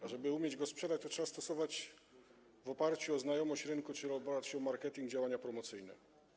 A żeby umieć go sprzedać, to trzeba stosować w oparciu o znajomość rynku, czyli o marketing, działania promocyjne.